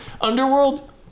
Underworld